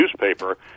newspaper